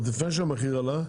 עוד לפני שהמחיר עלה,